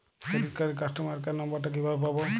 Credit কার্ডের customer care number টা কিভাবে পাবো?